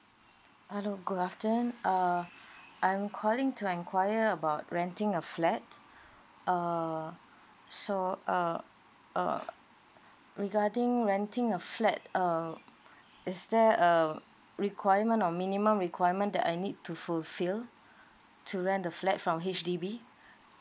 hello good afternoon uh I'm calling to enquire about renting a flat err so uh uh regarding renting a flat err is there a requirement or minimum requirement that I need to fulfill to rent the flat from H_D_B